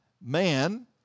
man